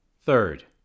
Third